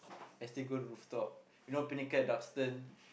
I still go rooftop you know Pinnacle-Duxton